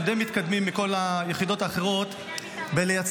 הם די מתקדמים מכל היחידות האחרות בלייצר,